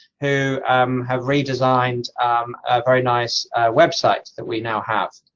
who um have redesigned a very nice website that we now have,